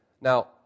Now